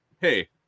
Hey